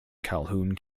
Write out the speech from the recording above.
calhoun